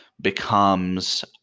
becomes